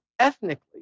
ethnically